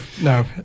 no